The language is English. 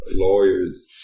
lawyers